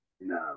No